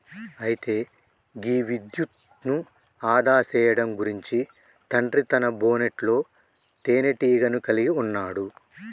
అయితే గీ విద్యుత్ను ఆదా సేయడం గురించి తండ్రి తన బోనెట్లో తీనేటీగను కలిగి ఉన్నాడు